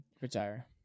retire